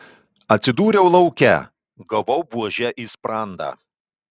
atsidūriau lauke gavau buože į sprandą